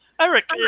Eric